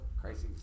Crises